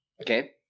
Okay